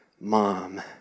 Mom